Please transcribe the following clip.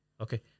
Okay